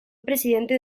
presidente